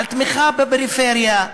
על תמיכה בפריפריה,